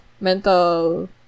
mental